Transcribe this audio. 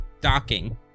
docking